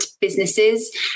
businesses